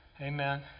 Amen